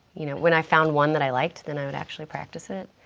you know, when i found one that i liked, then i would actually practice it.